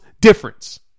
difference